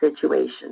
situation